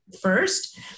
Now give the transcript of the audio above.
first